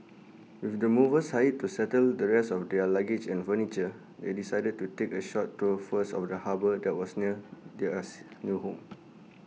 with the movers hired to settle the rest of their luggage and furniture they decided to take A short tour first of the harbour that was near their us new home